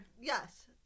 yes